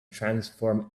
transform